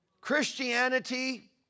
Christianity